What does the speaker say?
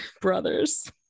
brothers